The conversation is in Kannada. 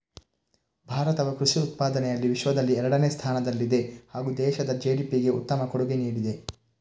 ಭಾರತವು ಕೃಷಿ ಉತ್ಪಾದನೆಯಲ್ಲಿ ವಿಶ್ವದಲ್ಲಿ ಎರಡನೇ ಸ್ಥಾನದಲ್ಲಿದೆ ಹಾಗೂ ದೇಶದ ಜಿ.ಡಿ.ಪಿಗೆ ಉತ್ತಮ ಕೊಡುಗೆ ನೀಡಿದೆ